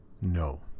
no